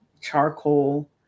charcoal